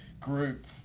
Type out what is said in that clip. group